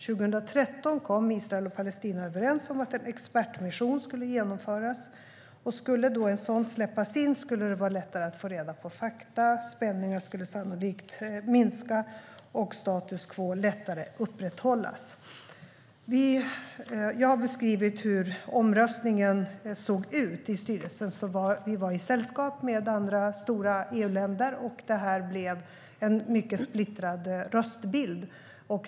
År 2013 kom Israel och Palestina överens om att en expertmission skulle genomföras. Skulle en sådan då släppas in skulle det vara lättare att få reda på fakta, spänningar skulle sannolikt minska och status quo lättare upprätthållas. Jag har beskrivit hur omröstningen såg ut. I styrelsen var vi i sällskap med andra stora EU-länder, och det blev en mycket splittrad röstbild.